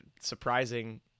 surprising